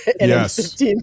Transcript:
Yes